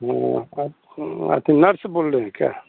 हाँ आप अथि नर्स बोल रहे हैं क्या